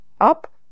up